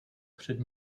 před